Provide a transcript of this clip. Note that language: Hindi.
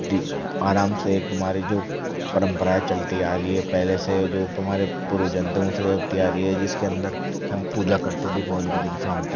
दिप आराम से हमारे जो परंपराएँ चलती आ रही हैं पहले से जो हमारे पूर्वजों से जो चलती आ रही हैं जिसके अंदर हम पूजा करते दीपावली के दिन शाम को